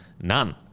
none